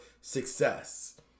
success